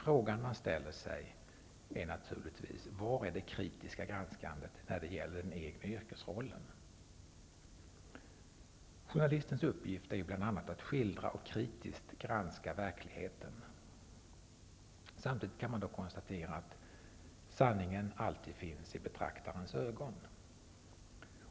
Men man frågar sig naturligtvis: Var är det kritiska granskandet när det gäller den egna yrkesrollen? Journalistens uppgift är ju bl.a. att skildra och kritiskt granska verkligheten. Samtidigt kan man konstatera att sanningen alltid finns i betraktarens ögon.